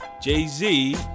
Jay-Z